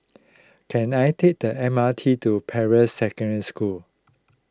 can I take the M R T to Peirce Secondary School